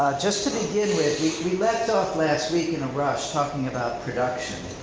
just to begin with, we left off last week in a rush talking about production,